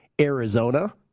Arizona